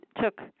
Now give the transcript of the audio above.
took